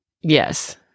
yes